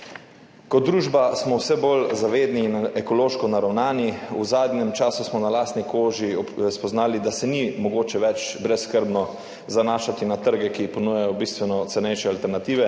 Kot družba smo vse bolj zavedni in ekološko naravnani. V zadnjem času smo na lastni koži spoznali, da se ni mogoče več brezskrbno zanašati na trge, ki ponujajo bistveno cenejše alternative.